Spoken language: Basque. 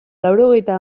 laurogeita